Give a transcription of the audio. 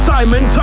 Simon